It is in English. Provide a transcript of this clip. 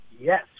yes